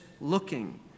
looking